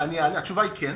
התשובה היא כן.